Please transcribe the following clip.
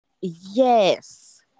Yes